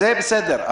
זה בסדר,